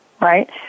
right